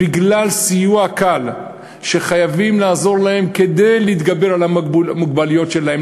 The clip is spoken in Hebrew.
בגלל סיוע קל שחייבים לתת להם כדי להתגבר על המוגבלויות שלהם,